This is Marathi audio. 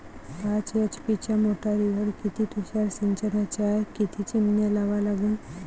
पाच एच.पी च्या मोटारीवर किती तुषार सिंचनाच्या किती चिमन्या लावा लागन?